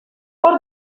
hor